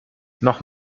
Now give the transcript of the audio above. noch